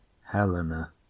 Helena